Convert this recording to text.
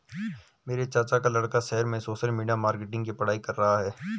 मेरे चाचा का लड़का शहर में सोशल मीडिया मार्केटिंग की पढ़ाई कर रहा है